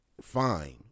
fine